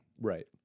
Right